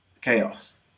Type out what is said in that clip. chaos